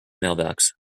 mailbox